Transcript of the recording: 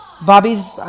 bobby's